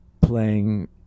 playing